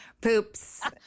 poops